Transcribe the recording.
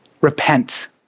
Repent